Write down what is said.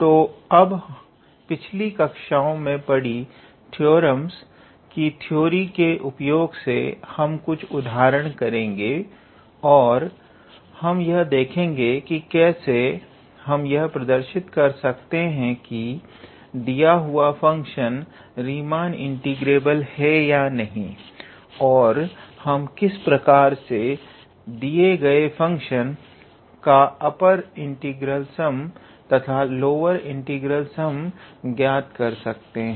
तो अब पिछली कक्षाओं में पढी थ्योरमस की थ्योरी के उपयोग से हम कुछ उदाहरण करेंगे और हम यह देखेंगे कि कैसे हम यह प्रदर्शित कर सकते हैं कि दिया हुआ फंक्शन रीमान इंटीग्रेबल है या नहीं और हम किस प्रकार से दिए गए फंक्शन का अपर इंटीग्रल सम तथा लोअर इंटीग्रल सम ज्ञात कर सकते हैं